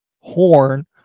horn